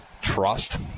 trust